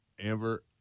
Amber